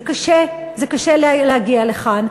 זה קשה, זה קשה להגיע לכאן.